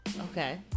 Okay